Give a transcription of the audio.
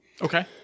Okay